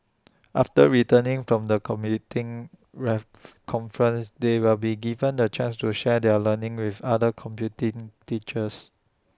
after returning from the ref conference they will be given the chance to share their learning with other computing teachers